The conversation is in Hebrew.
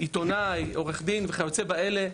עיתונאי, עורך דין, וכיוצא באלה.